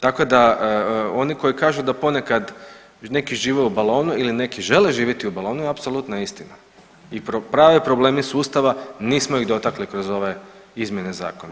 Tako da oni koji kažu da ponekad neki žive u balonu ili neki žele živjeti u balonu je apsolutna istina i pravi problemi sustava nismo ih dotakli kroz ove izmjene zakona.